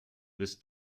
this